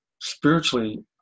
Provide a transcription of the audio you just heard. spiritually